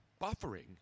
buffering